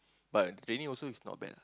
but training also is not bad ah